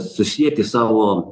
susieti savo